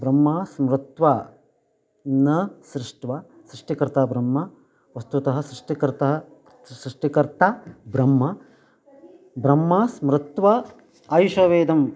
ब्रह्मा स्मृत्वा न सृष्ट्वा सृष्टिकर्ता ब्रह्मा वस्तुतः सृष्टिकर्तः सृष्टिकर्ता ब्रह्मा ब्रह्मा स्मृत्वा आयुष वेदं